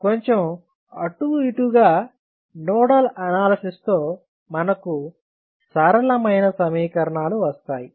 కొంచెం అటు ఇటు గా నోడల్ అనాలసిస్ తో మనకు సరళమైన సమీకరణాలు వస్తాయి